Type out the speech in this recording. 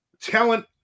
Talent